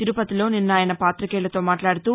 తిరుపతిలో నిన్న ఆయస పాతికేయులతో మాట్లాడుతూ